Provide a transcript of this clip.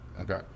Okay